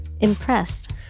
Impressed